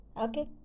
Okay